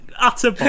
Utter